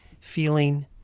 feeling